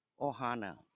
Ohana